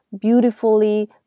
beautifully